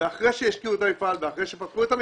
ואחרי שהשקיעו את הכסף במפעל ואחרי שפתחו אותו,